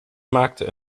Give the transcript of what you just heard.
maakte